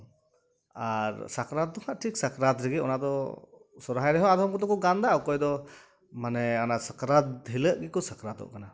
ᱟᱨ ᱥᱟᱠᱨᱟᱛ ᱨᱮᱫᱚ ᱦᱟᱸᱜ ᱴᱷᱤᱠ ᱥᱟᱠᱨᱟᱛ ᱜᱮ ᱚᱱᱟ ᱫᱚ ᱥᱚᱨᱦᱟᱭ ᱨᱮᱦᱚᱸ ᱟᱫᱚᱢ ᱠᱚᱫᱚ ᱠᱚ ᱜᱟᱱ ᱫᱟ ᱚᱠᱚᱭ ᱫᱚ ᱢᱟᱱᱮ ᱚᱱᱟ ᱥᱟᱠᱨᱟᱛ ᱦᱤᱞᱟᱹᱜ ᱜᱮᱠᱚ ᱥᱟᱠᱨᱟᱛᱚᱜ ᱠᱟᱱᱟ